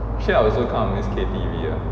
actually I also kinda miss K_T_V ah